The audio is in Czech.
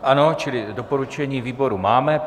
Ano, čili doporučení výboru máme.